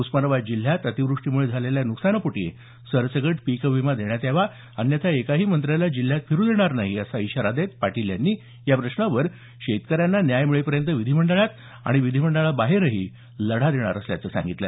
उस्मानाबाद जिल्ह्यात अतिवृष्टीमुळे झालेल्या नुकसानापोटी सरसकट पिकविमा देण्यात यावा अन्यथा एकाही मंत्र्याला जिल्ह्यात फिरु देणार नाही असा इशारा देत पाटील यांनी या प्रश्नावर शेतकऱ्यांना न्याय मिळेपर्यंत विधीमंडळात आणि विधीमडळाबाहेरही लढा देणार असल्याच सांगितल